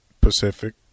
Pacific